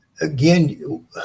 again